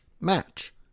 match